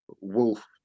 wolf